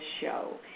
show